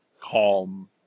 calm